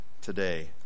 today